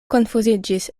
konfuziĝis